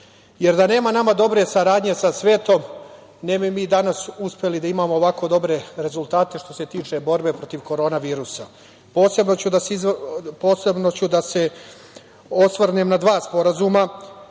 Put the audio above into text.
jer da nema nama dobre saradnje sa svetom ne bi mi danas uspeli da imamo ovako dobre rezultate što se tiče borbe protiv korona virusa. Posebno ću da se osvrnem na dva sporazuma.